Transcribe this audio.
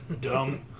Dumb